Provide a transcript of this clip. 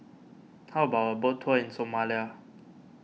how about a boat tour in Somalia